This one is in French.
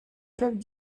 club